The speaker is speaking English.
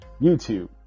YouTube